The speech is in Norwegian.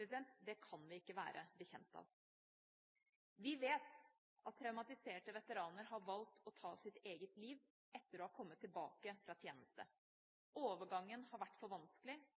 Det kan vi ikke være bekjent av. Vi vet at traumatiserte veteraner har valgt å ta sitt eget liv etter å ha kommet tilbake fra tjeneste. Overgangen har vært for vanskelig,